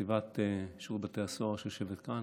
נציבת שירות בתי הסוהר, שיושבת כאן,